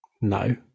no